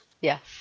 Yes